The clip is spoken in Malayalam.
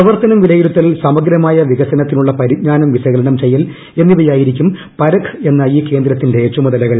പ്രവർത്തനം വിലയിരുത്തൽ സമഗ്രമായ വികസനത്തിനുള്ള പരിജ്ഞാനം വിശകലനം ചെയ്യൽ എന്നിവയായിരിക്കും പരഖ് എന്ന ഈ കേന്ദ്രത്തിന്റെ ചുമതലകൾ